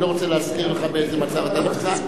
אני לא רוצה להזכיר לך באיזה מצב אתה נמצא.